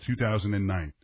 2009